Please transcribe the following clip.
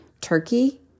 Turkey